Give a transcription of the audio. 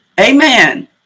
Amen